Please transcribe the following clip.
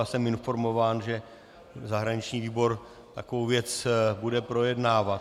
Jsem informován, že zahraniční výbor takovou věc bude projednávat.